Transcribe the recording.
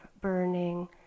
burning